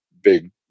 big